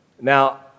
Now